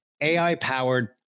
AI-powered